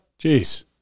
Jeez